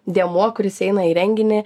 dėmuo kuris įeina į renginį